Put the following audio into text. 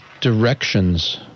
directions